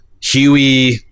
Huey